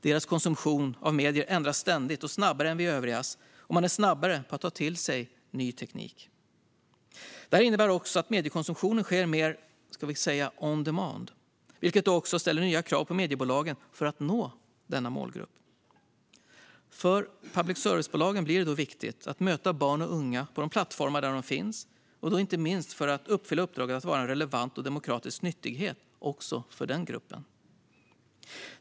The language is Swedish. Deras konsumtion av medier ändras ständigt och snabbare än vi övrigas, och de är snabbare på att ta till sig ny teknik. Det innebär också att mediekonsumtionen sker mer "on demand", vilket ställer nya krav på mediebolagen för att nå denna målgrupp. För public service-bolagen blir det då viktigt att möta barn och unga på de plattformar där de finns, då inte minst för att fullfölja uppdraget att vara relevant och en demokratisk nyttighet också för den gruppen.